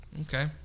Okay